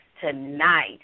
tonight